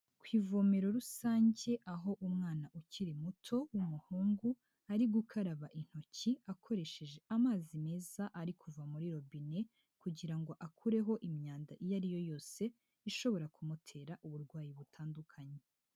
Ku ivomero rusange, aho umwana ukiri muto w'umuhungu, ari gukaraba intoki akoresheje amazi meza ari kuva muri robine kugira ngo akureho imyanda iyo ari yo yose ishobora kumutera uburwayi butandukanye.